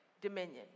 dominion